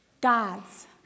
God's